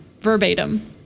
verbatim